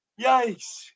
Yikes